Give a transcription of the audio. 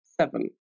seven